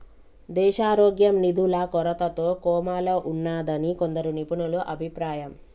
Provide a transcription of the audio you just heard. దేశారోగ్యం నిధుల కొరతతో కోమాలో ఉన్నాదని కొందరు నిపుణుల అభిప్రాయం